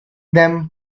them